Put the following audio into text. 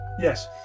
Yes